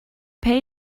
pay